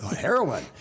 heroin